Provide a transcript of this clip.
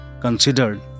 considered